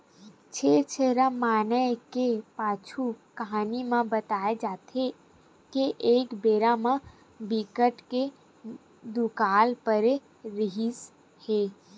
छेरछेरा मनाए के पाछू कहानी म बताए जाथे के एक बेरा म बिकट के दुकाल परे रिहिस हे